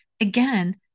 again